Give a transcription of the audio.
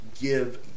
give